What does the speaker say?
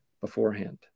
beforehand